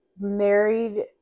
married